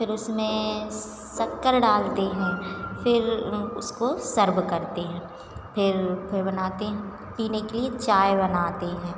फिर उसमें शक्कर डालते हैं फिर उसको सर्व करते हैं फिर बनाते हैं पीने के लिए चाय बनाते हैं